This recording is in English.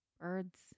Birds